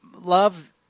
love